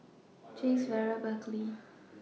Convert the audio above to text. Chase Vera and Berkley